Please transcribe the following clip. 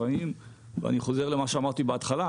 אני חוזר למה שאמרתי בהתחלה,